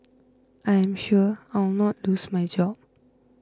I am sure I will not lose my job